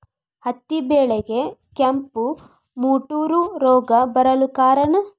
ಹತ್ತಿ ಬೆಳೆಗೆ ಕೆಂಪು ಮುಟೂರು ರೋಗ ಬರಲು ಕಾರಣ?